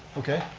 okay?